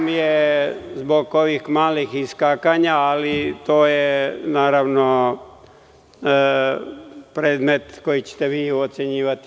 Žao mi je zbog ovih malih iskakanja, ali to je, naravno, predmet koji ćete vi ocenjivati.